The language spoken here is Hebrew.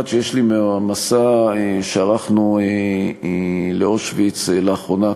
שיש לי מהמסע שערכנו לאושוויץ לאחרונה,